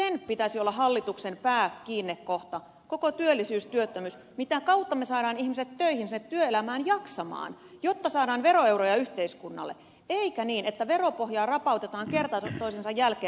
sen pitäisi olla hallituksen pääkiinnekohta koko työllisyys työttömyys se mitä kautta me saamme ihmiset töihin sinne työelämään jaksamaan jotta saadaan veroeuroja yhteiskunnalle eikä niin että veropohjaa rapautetaan kerta toisensa jälkeen